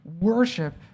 worship